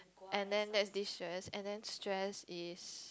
and then that's destress and then stress is